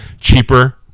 Cheaper